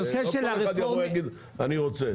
לא כל אחד יכול לבוא ולהגיד אני רוצה.